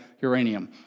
uranium